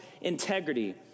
integrity